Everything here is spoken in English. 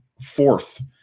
fourth